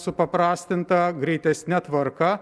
supaprastinta greitesne tvarka